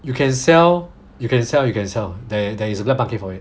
you can sell you can sell you can sell there there is a black market for it